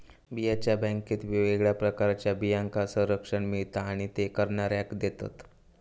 बियांच्या बॅन्केत वेगवेगळ्या प्रकारच्या बियांका संरक्षण मिळता आणि ते करणाऱ्याक देतत